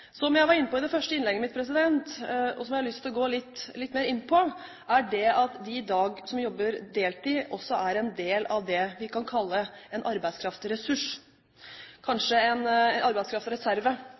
Som jeg var inne på i det første innlegget mitt, og som jeg har lyst til å gå litt mer inn på, er de som i dag jobber deltid, også en del av det vi kan kalle en arbeidskraftig ressurs